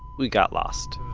we got lost